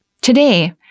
Today